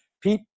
Pete